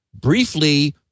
briefly